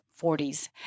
40s